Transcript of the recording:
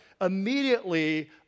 immediately